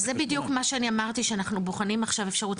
אז זה בדיוק מה שאני אמרתי שאנחנו בוחנים עכשיו אפשרות,